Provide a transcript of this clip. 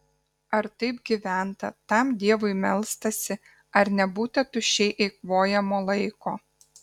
ar taip gyventa tam dievui melstasi ar nebūta tuščiai eikvojamo laiko